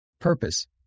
Purpose